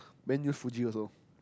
then use Fuji also